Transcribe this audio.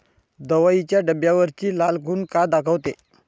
दवाईच्या डब्यावरची लाल खून का दाखवते?